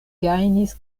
gajnis